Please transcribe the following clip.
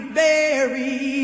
buried